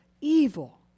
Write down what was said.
evil